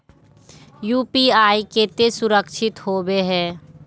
UPI केते सुरक्षित होबे है?